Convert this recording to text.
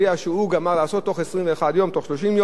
הם צריכים לבוא ולתת את התשובה שלהם,